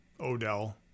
Odell